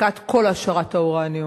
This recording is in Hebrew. הפסקת כל העשרת האורניום,